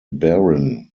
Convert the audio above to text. barren